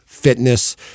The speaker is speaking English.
fitness